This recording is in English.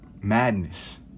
madness